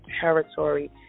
territory